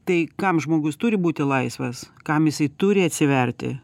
tai kam žmogus turi būti laisvas kam jisai turi atsiverti